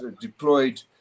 deployed